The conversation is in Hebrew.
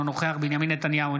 אינו נוכח בנימין נתניהו,